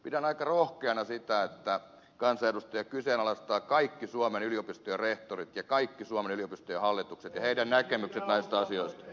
pidän aika rohkeana sitä että kansanedustaja kyseenalaistaa kaikki suomen yliopistojen rehtorit ja kaikki suomen yliopistojen hallitukset ja heidän näkemyksensä näistä asioista